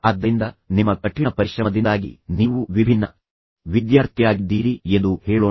ಆದ್ದರಿಂದ ನಿಮ್ಮ ಕಠಿಣ ಪರಿಶ್ರಮದಿಂದಾಗಿ ನೀವು ವಿಭಿನ್ನ ವಿದ್ಯಾರ್ಥಿಯಾಗಿದ್ದೀರಿ ಎಂದು ಹೇಳೋಣ